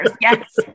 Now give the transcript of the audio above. Yes